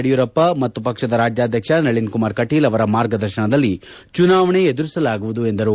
ಯಡಿಯೂರಪ್ಪ ಮತ್ತು ಪಕ್ಷದ ರಾಜ್ಯಾಧ್ಯಕ್ಷ ನಳಿನ್ ಕುಮಾರ್ ಕಟೀಲ್ ಅವರ ಮಾರ್ಗದರ್ಶನದಲ್ಲಿ ಚುನಾವಣೆ ಎದುರಿಸಲಾಗುವುದು ಎಂದರು